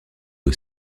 aux